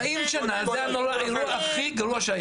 זה האירוע הכי נורא שהיה